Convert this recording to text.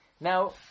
Now